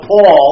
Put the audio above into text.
Paul